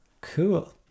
cool